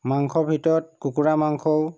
মাংসৰ ভিতৰত কুকুৰা মাংসও